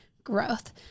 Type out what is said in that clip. growth